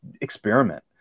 experiment